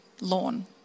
lawn